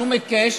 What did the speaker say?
שום היקש,